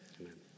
Amen